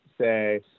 say